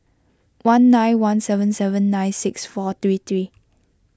one nine one seven seven nine six four three three